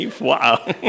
Wow